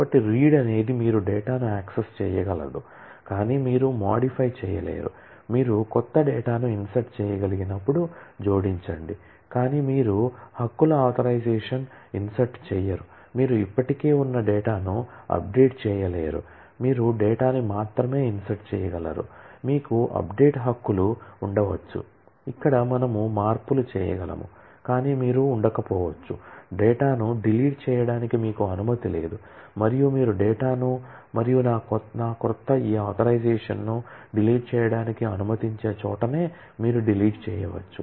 కాబట్టి insert update హక్కులు ఉండవచ్చు ఇక్కడ మనము మార్పులు చేయగలము కాని మీరు ఉండకపోవచ్చు డేటాను డిలీట్ చేయడానికి మీకు అనుమతి లేదు మరియు మీరు డేటాను మరియు నా క్రొత్త ఈ ఆథరైజషన్ ను డిలీట్ చేయడానికి అనుమతించే చోటనే మీరు డిలీట్ చేయవచ్చు